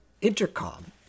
intercom